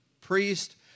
priest